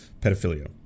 pedophilia